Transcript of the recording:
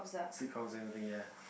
seek counselling everything ya